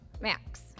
Max